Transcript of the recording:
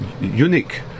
unique